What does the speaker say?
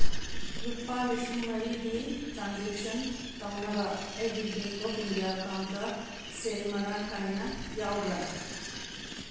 ꯂꯨꯄꯥ ꯂꯤꯁꯤꯡ ꯃꯔꯤꯒꯤ ꯇ꯭ꯔꯥꯟꯖꯦꯛꯁꯟ ꯇꯧꯅꯕ ꯑꯩꯒꯤ ꯕꯦꯡ ꯑꯣꯐ ꯏꯟꯗꯤꯌꯥ ꯑꯦꯀꯥꯎꯟꯗ ꯁꯦꯜ ꯃꯔꯥꯡ ꯀꯥꯏꯅ ꯌꯥꯎꯕ꯭ꯔꯥ